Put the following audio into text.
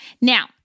Now